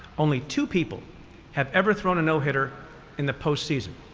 only two people have ever thrown a no hitter in the post season.